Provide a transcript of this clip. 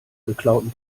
geklauten